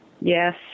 Yes